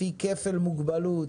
לפי כפל מוגבלות,